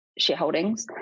shareholdings